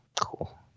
cool